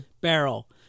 barrel